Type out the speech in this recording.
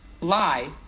lie